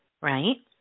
right